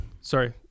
sorry